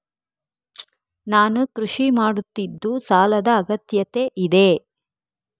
ನಾನು ಕೃಷಿ ಮಾಡುತ್ತಿದ್ದು ಸಾಲದ ಅಗತ್ಯತೆ ಇದೆ?